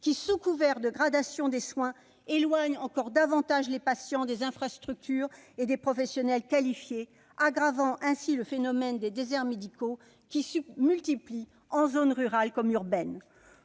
sous couvert de gradation des soins, éloigne encore davantage les patients des infrastructures et des professionnels qualifiés, aggravant ainsi le phénomène des déserts médicaux, qui se multiplient en zones rurales et urbaines.